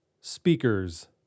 Speakers